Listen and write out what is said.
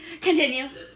Continue